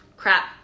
crap